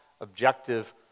objective